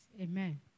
Amen